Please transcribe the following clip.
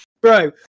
Bro